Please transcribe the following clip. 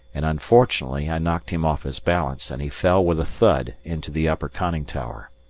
and unfortunately i knocked him off his balance, and he fell with a thud into the upper conning tower.